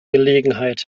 gelegenheit